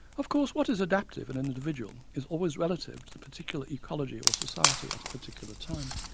of course, what is adaptive in an individual is always relative to the particular ecology or society at a particular time.